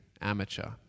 amateur